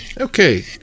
Okay